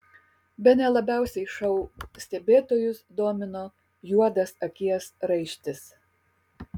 bene labiausiai šou stebėtojus domino juodas akies raištis